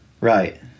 Right